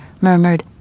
murmured